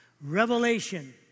revelation